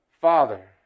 Father